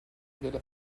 della